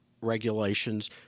regulations